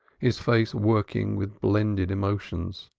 his face working with blended emotions.